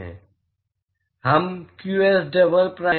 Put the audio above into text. हम qs double prime को कैसे ठीक पाते हैं